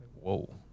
Whoa